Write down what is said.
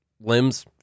limbs